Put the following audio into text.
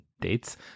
dates